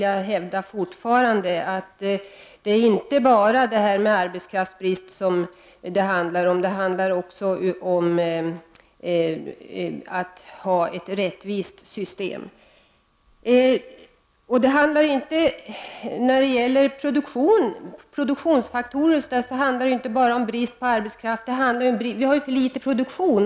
Jag vill fortfarande hävda att det inte bara handlar om arbetskraftsbrist, utan det handlar också om att det behövs ett rättvist system. När det gäller produktionsfaktorerna handlar det om för låg produktion.